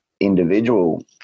individual